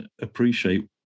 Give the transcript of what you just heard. appreciate